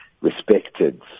respected